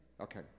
Okay